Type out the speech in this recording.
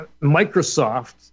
Microsoft